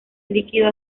líquido